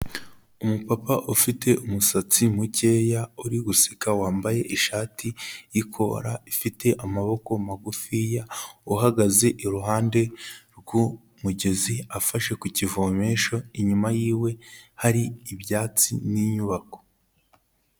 Umupapa ufite umusatsi mukeya, uri guseka wambaye ishati y'ikora ifite amaboko magufiya, uhagaze iruhande rw'umugezi afashe kuki kivomesho, inyuma yiwe hari ibyatsi n'inyubako.